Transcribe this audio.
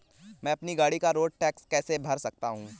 मैं अपनी गाड़ी का रोड टैक्स कैसे भर सकता हूँ?